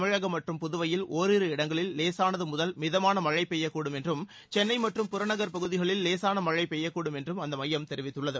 தமிழகம் மற்றும் புதுவையில் ஒரிரு இடங்களில் லேசானது முதல் மிதமான மழை பெய்யக்கூடும் என்றும் சென்னை மற்றும் புறநகர் பகுதிகளில் லேசான மழை பெய்யக்கூடும் என்றும் அந்த மையம் தெரிவித்துள்ளது